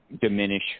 diminish